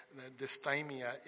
dysthymia